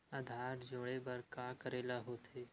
आधार जोड़े बर का करे ला होथे?